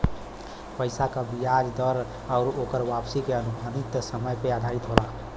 पइसा क बियाज दर आउर ओकर वापसी के अनुमानित समय पे आधारित होला